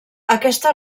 aquesta